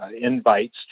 invites